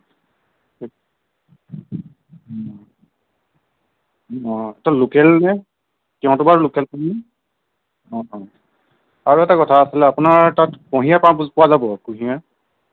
হয় নেকি অঁ লোকেল নে তিয়হটো বাৰু লোকেল নে অঁ অঁ আৰু এটা কথা আছিল আপোনাৰ তাত কুঁহিয়াৰ পা পোৱা যাব কুঁহিয়াৰ